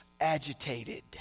agitated